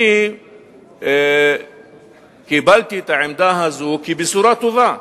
אני קיבלתי את העמדה הזאת כבשורה טובה,